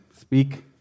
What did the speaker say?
speak